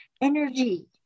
energy